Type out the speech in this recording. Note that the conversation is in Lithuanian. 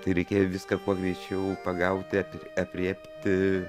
tai reikėjo viską kuo greičiau pagauti aprėpti